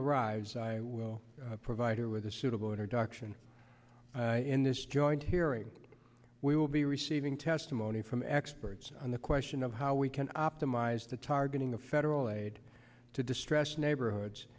arrives i will provide her with a suitable introduction in this joint hearing we will be receiving testimony from experts on the question of how we can optimize the targeting of federal aid to distressed neighborhoods